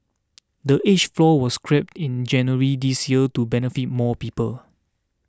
the age floor was scrapped in January this year to benefit more people